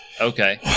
Okay